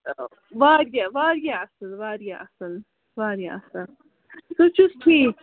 واریاہ واریاہ اَصٕل واریاہ اَصٕل واریاہ اَصٕل سُہ چھُس ٹھیٖک